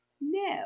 No